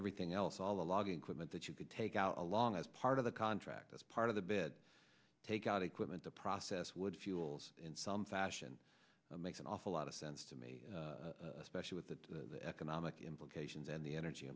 everything else all the log inclement that you could take out along as part of the contract as part of the bed take out equipment the process would fuels in some fashion makes an awful lot of sense to me especially with the economic implications and the energy